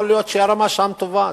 יכול להיות שהרמה שם טובה,